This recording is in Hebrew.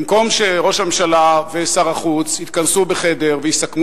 במקום שראש הממשלה ושר החוץ יתכנסו בחדר ויסכמו